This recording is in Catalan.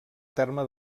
terme